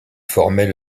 formait